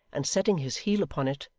and setting his heel upon it,